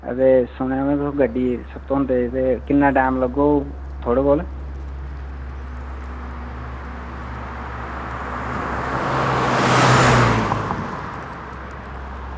ते सनाओ आं तुस गड्डियै ई धोंदे किन्ना टैम लग्गग थुआढ़े कोल